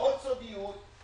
בעוד סודיות.